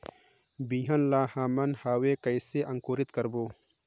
बिहान ला हमन हवे कइसे अंकुरित करबो?